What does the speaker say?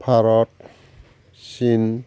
India China